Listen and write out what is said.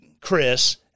Chris